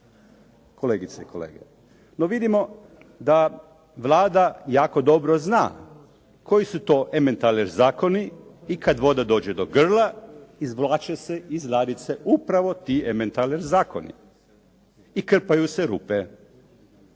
Kolegice i kolege, no vidimo da Vlada jako dobro zna koji su to ementaler zakoni i kad voda dođe do grla izvlače se iz ladice upravo ti ementaler zakoni i krpaju se rupe.